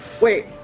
Wait